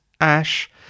Ash